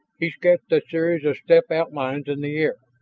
he sketched a series of step outlines in the air.